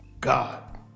God